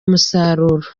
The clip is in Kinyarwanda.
umusaruro